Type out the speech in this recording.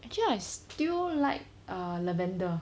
actually I still like err lavender